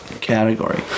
category